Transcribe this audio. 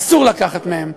אסור לקחת מהם.